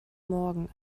morgen